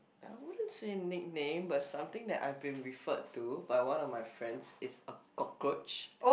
I wouldn't say nickname but something that I been referred to by one of my friend is a cockroach